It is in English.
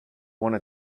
wanna